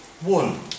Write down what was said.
One